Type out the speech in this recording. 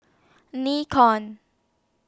Nikon